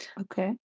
Okay